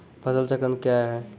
फसल चक्रण कया हैं?